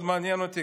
מאוד מעניין אותי.